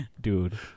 Dude